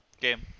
game